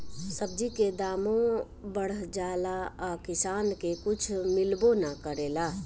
सब्जी के दामो बढ़ जाला आ किसान के कुछ मिलबो ना करेला